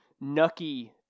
Nucky